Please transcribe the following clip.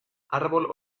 árbol